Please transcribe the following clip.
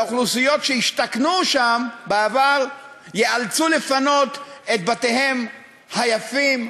והאוכלוסיות ששכנו שם בעבר ייאלצו לפנות את בתיהם היפים,